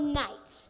night